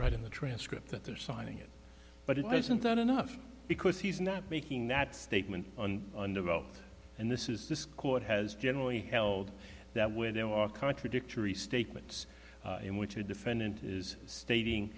right in the transcript that are signing it but it hasn't done enough because he's not making that statement on undeveloped and this is this court has generally held that where there are contradictory statements in which a defendant is stating